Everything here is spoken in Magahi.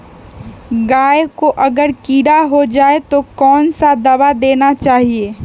गाय को अगर कीड़ा हो जाय तो कौन सा दवा देना चाहिए?